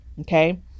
okay